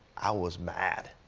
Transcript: i was mad.